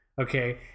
okay